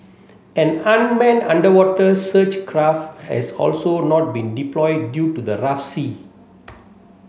an unmanned underwater search craft has also not been deployed due to the rough sea